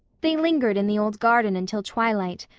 they lingered in the old garden until twilight,